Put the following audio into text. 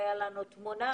ובעיקר משפחות נזקקות,